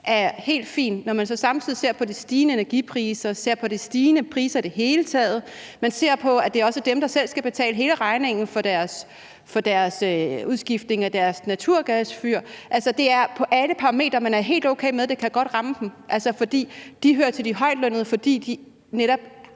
er helt fin – også når man samtidig ser på de stigende energipriser og de stigende priser i det hele taget, og når man ser på, at det også er dem, der selv skal betale hele regningen for udskiftningen af deres naturgasfyr. Det er på alle parametre, at man har det helt okay med, at det godt kan ramme dem, fordi de hører til de højtlønnede, fordi de ejer